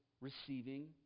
receiving